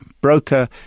broker